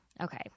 Okay